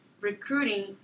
recruiting